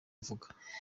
avuga